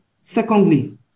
Secondly